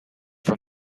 from